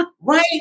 Right